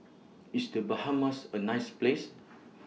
IS The Bahamas A nice Place